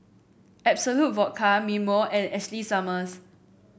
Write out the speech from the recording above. Absolut Vodka Mimeo and Ashley Summers